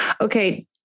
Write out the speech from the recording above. Okay